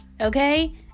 okay